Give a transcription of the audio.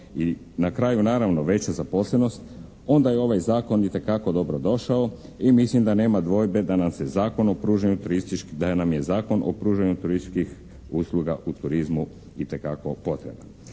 i na kraju naravno veća zaposlenost onda je ovaj zakon itekako dobro došao i mislim da nema dvojbe da nam je Zakon o pružanju turističkih usluga u turizmu itekako potreban.